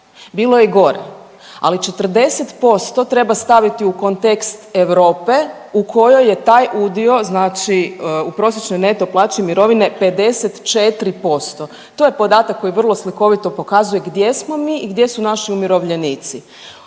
Bilo je i gore, ali 40% treba staviti u kontekst Europe u kojoj je taj udio, znači u prosječnoj neto plaći mirovine 54%. To je podatak koji vrlo slikovito pokazuje gdje smo mi i gdje su naši umirovljenici.